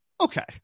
okay